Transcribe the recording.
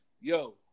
Yo